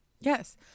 Yes